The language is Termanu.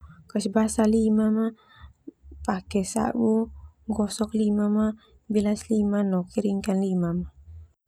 Kasih basa limam ma, pake sabu gosok limam ma, bilas limam ma ma keringkan limam.